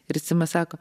ir simas sako